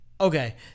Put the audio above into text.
Okay